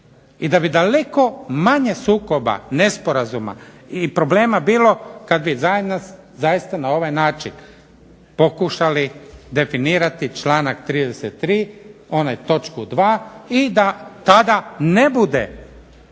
I da bi daleko manje sukoba, nesporazuma i problema bilo kad bi zaista na ovaj način pokušali definirati članak 33. onu točku 2. i da tada ne bude